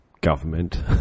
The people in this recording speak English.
government